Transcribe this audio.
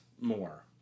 more